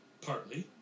partly